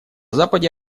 западе